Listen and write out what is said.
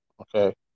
Okay